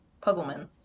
Puzzleman